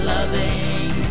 Loving